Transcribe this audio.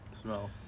smell